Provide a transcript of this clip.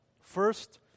First